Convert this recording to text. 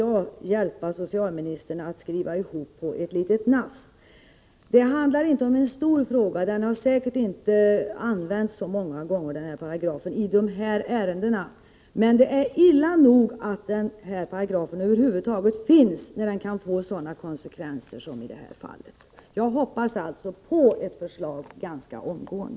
Avser socialministern att ge direktiv till en översyn av bl.a. 3 kap. 17 § AFL vad gäller föräldraförsäkringen eller att ta andra initiativ i denna fråga?